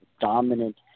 dominant